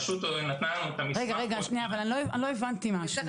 לא הבנתי משהו.